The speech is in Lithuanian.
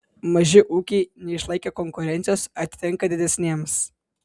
maži ūkiai neišlaikę konkurencijos atitenka didesniems